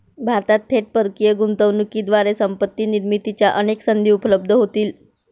भारतात थेट परकीय गुंतवणुकीद्वारे संपत्ती निर्मितीच्या अनेक संधी उपलब्ध होतील